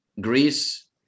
Greece